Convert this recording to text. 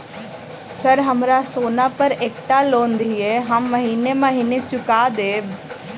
Sir हमरा सोना पर एकटा लोन दिऽ हम महीने महीने चुका देब?